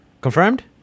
confirmed